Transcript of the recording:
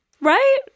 Right